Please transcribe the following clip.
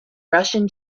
russian